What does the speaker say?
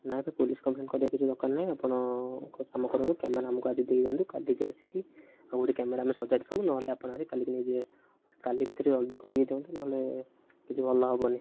ନାଇଁ ଏବେ police complaint କରିବା କିଛି ଦରକାର ନାହିଁ ଆପଣ କାମ କରନ୍ତୁ କ୍ୟାମେରା ଆମକୁ ଆଜି ଦେଇଯାଆନ୍ତୁ କାଲିକି ଆସିକି ଆଉ ଗୋଟେ କ୍ୟାମେରା ଆମେ ସଜାଡ଼ି ଥବୁ ନହେଲେ ଆପଣ ଆସି କାଲିକି ନେଇଯିବେ କାଲି ଭିତରେ ଜଲ୍ଦି କରିକି ଦିଅନ୍ତୁ ନହେଲେ କିଛି ଭଲ ହବନି